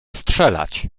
strzelać